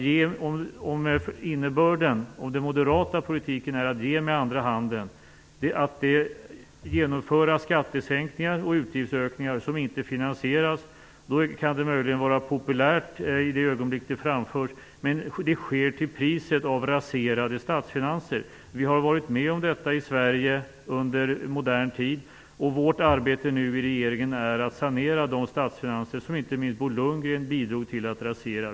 Om den moderata politiken är att ge med andra handen, att genomföra skattesänkningar och utgiftsökningar som inte finansieras, då kan det möjligen vara populärt i det ögonblick som förslagen framförs. Men det sker till priset av raserade statsfinanser. Vi har varit med om detta i Sverige under modern tid. Vårt arbete i regeringen nu är att sanera statsfinanserna, som inte minst Bo Lundgren bidrog till att rasera.